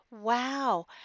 wow